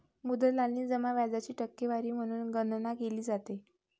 मुद्दल आणि जमा व्याजाची टक्केवारी म्हणून गणना केली जाते